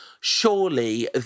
Surely